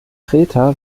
kreta